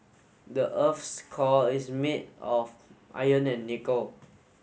the earth's core is made of iron and nickel